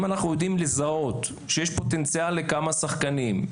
אם אנחנו יודעים לזהות שיש פוטנציאל לכמה שחקנים,